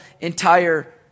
entire